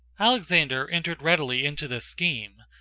alexander entered readily into this scheme,